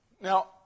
Now